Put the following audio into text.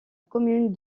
commune